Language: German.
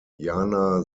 jana